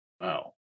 Wow